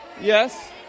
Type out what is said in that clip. Yes